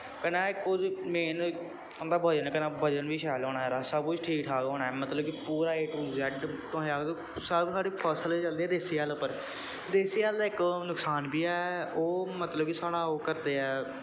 कन्नै इक मेन उं'दा बजन कन्नै बजन बी शैल होना सब कुछ टीक ठाक होना ऐ मतलब कि पूरा ऐ टू जैड तुसें सब साढ़ी फसल एह् चलदी देसी हैलै पर देसी हैल दा इक नुकसान बी ऐ ओह् मतलब कि साढ़ा ओह् करदे ऐ